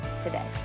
today